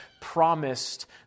promised